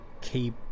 keep